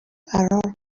فرار